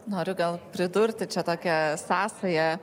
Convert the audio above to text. noriu gal pridurti čia tokią sąsają